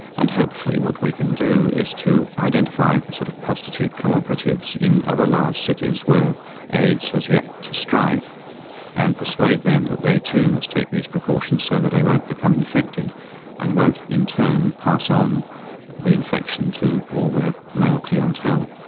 and hopefully what we can do is to identify sort of prostitute cooperatives in other large cities where aids has yet to strike and persuade them that they too must take these precautions so that they won't become infected and won't in turn pass on the infection to all their male clientele.